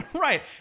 right